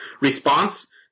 response